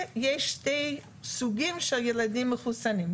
יש שני סוגים של ילדים מחוסנים.